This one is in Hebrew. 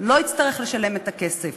לא יצטרך לשלם את הכסף.